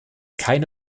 keine